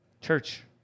Church